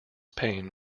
paine